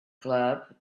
club